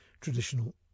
traditional